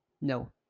No